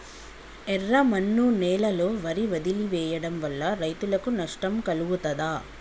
ఎర్రమన్ను నేలలో వరి వదిలివేయడం వల్ల రైతులకు నష్టం కలుగుతదా?